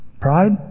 Pride